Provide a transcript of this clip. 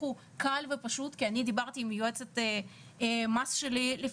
הוא קל ופשוט כי אני דיברתי עם יועצת המס שלי לפני